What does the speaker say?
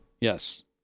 Yes